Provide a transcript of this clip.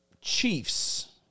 Chiefs